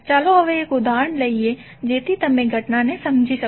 ચાલો હવે એક ઉદાહરણ લઈએ જેથી તમે ઘટનાને સમજી શકો